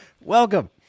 Welcome